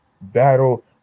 Battle